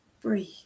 Breathe